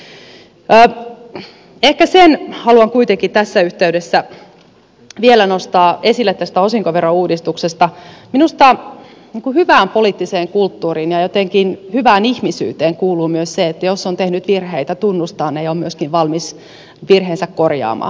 ehkä sen haluan kuitenkin tässä yhteydessä vielä nostaa esille tästä osinkoverouudistuksesta että minusta hyvään poliittiseen kulttuuriin ja jotenkin hyvään ihmisyyteen kuuluu myös se että jos on tehnyt virheitä tunnustaa ne ja on myöskin valmis virheensä korjaamaan